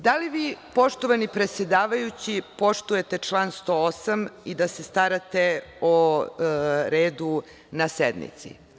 Da li vi poštovani predsedavajući poštujete član 108. i da se starate o redu na sednici?